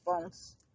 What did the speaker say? bones